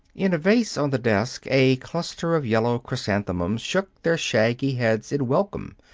in a vase on the desk, a cluster of yellow chrysanthemums shook their shaggy heads in welcome.